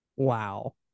Wow